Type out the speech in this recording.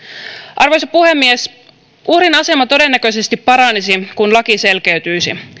arvoisa puhemies uhrin asema todennäköisesti paranisi kun laki selkeytyisi